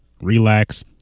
relax